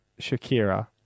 Shakira